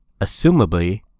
assumably